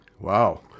Wow